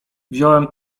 wziąłem